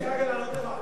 מאיר, אפשר רגע לענות לך?